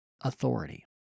authority